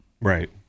Right